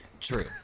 true